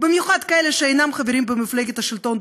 במיוחד אלה שאינם חברים במפלגת השלטון,